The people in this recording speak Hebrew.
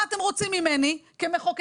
מה אתם רוצים ממני כמחוקקת?